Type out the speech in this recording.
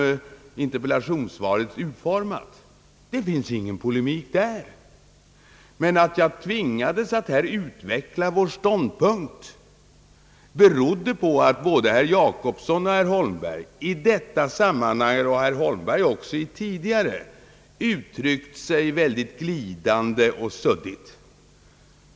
Det finns ingen polemik där. Att jag tvingades att här utveckla vår ståndpunkt berodde på att både herr Jacobsson och herr Holmberg i detta sammanhang — och herr Holmberg även tidigare — uttryckt sig mycket glidande och suddigt.